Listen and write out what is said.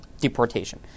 deportation